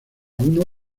uno